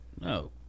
no